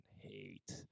hate